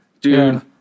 Dude